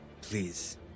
Please